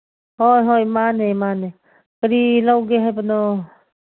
ꯍꯣꯏ ꯍꯣꯏ ꯃꯥꯅꯦ ꯃꯥꯅꯦ ꯀꯔꯤ ꯂꯧꯒꯦ ꯍꯥꯏꯕꯅꯣ